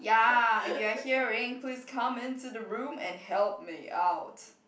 ya if you are hearing please come into the room and help me out